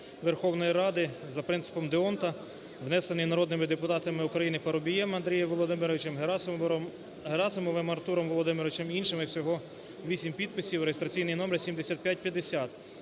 Верховної Ради за принципом д'Ондта внесений народними депутатами України Парубієм Андрієм Володимировичем, Герасимовим Артуром Володимировичем і іншими (всього 8 підписів) (реєстраційний номер 7550).